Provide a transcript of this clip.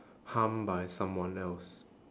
harmed by someone else